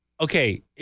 okay